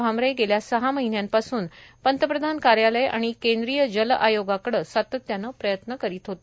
भामरे गेल्या सहा महिन्यांपासून पंतप्रधान कार्यालय आणि केंद्रीय जल आयोगाकडे सातत्याने प्रयत्न करीत होते